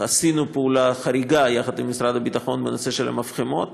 עשינו פעולה חריגה יחד עם משרד הביטחון בנושא של המפחמות,